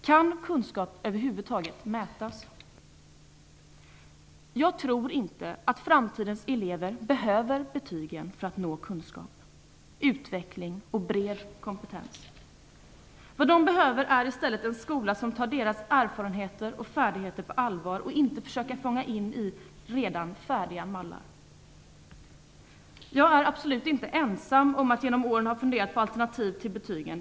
Kan kunskap över huvud taget mätas? Jag tror inte att framtidens elever behöver betygen för att nå kunskap, utveckling och bred kompetens. Vad de behöver är i stället en skola som tar deras erfarenheter och färdigheter på allvar och inte försöker fånga in dem i redan färdiga mallar. Jag är absolut inte ensam om att genom åren ha funderat på alternativ till betygen.